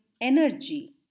energy